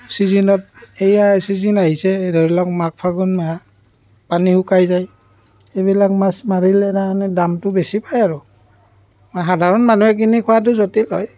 ছিজিনত এইয়াই ছিজিন আহিছে এই ধৰি লওক মাঘ ফাগুন মাহ পানী শুকাই যায় এইবিলাক মাছ মাৰিলে তাৰমানে দামটো বেছি পায় আৰু সাধাৰণ মানুহে কিনি খোৱাটো জটিল হয়